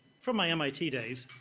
from my mit days,